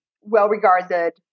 well-regarded